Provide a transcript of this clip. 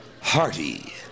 hearty